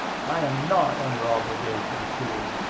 i am not under obligations to him.